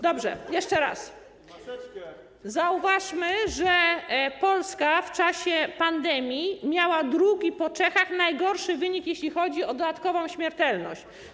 Dobrze, jeszcze raz: zauważmy, że Polska w czasie pandemii miała drugi po Czechach najgorszy wynik, jeśli chodzi o dodatkową śmiertelność.